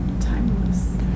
timeless